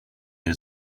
new